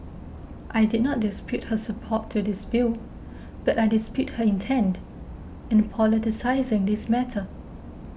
I did not dispute her support to this bill but I dispute her intent in politicising this matter